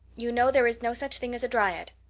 you know there is no such thing as a dryad,